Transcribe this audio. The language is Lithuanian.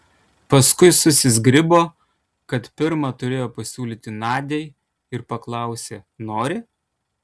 paskui susizgribo kad pirma turėjo pasiūlyti nadiai ir paklausė nori